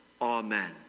Amen